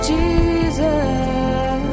Jesus